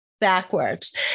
backwards